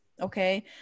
okay